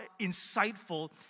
insightful